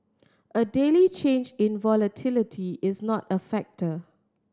a daily change in volatility is not a factor